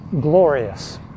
glorious